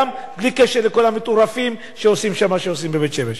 גם בלי קשר לכל המטורפים שעושים שם מה שעושים בבית-שמש.